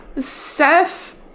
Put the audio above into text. Seth